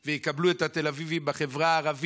ויקבלו את התל אביבי בחברה הערבית,